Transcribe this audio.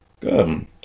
Good